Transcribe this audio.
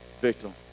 victim